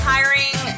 Hiring